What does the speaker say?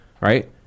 right